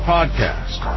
Podcast